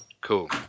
Cool